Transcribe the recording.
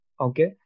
okay